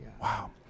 Wow